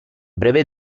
breve